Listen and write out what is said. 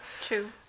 True